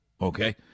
Okay